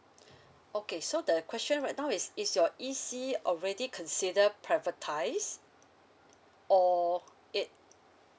okay so the question right now is is your E_C already consider privatise or it